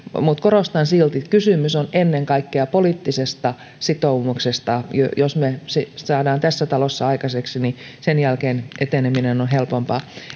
mutta korostan silti kysymys on ennen kaikkea poliittisesta sitoumuksesta jos me sen saamme tässä talossa aikaiseksi niin sen jälkeen eteneminen on helpompaa